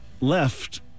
left